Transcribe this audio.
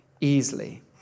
easily